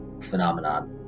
phenomenon